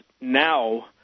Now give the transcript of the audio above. now